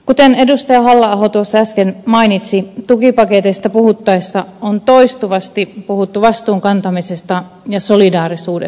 kuten edustaja halla aho tuossa äsken mainitsi tukipaketeista puhuttaessa on toistuvasti puhuttu vastuun kantamisesta ja solidaarisuudesta